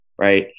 right